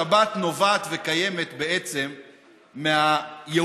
השבת נובעת וקיימת בעצם מהיהודים